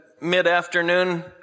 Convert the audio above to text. mid-afternoon